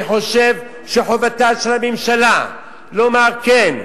אני חושב שחובתה של הממשלה לומר: כן,